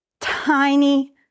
tiny